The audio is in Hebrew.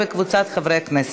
ועוברת לוועדת